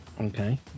Okay